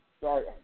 sorry